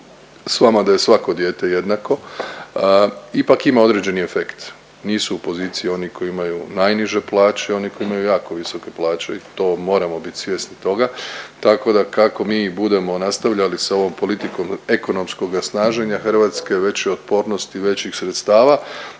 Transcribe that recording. vama da je svako dijete jednako, ipak ima određeni efekt, nisu u poziciji oni koji imaju najniže plaće i oni koji imaju jako visoke plaće i to moramo bit svjesni toga, tako da kako mi budemo nastavljali sa ovom politikom ekonomskoga snaženja Hrvatske, veće otpornosti i većih sredstava